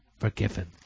forgiven